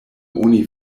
oni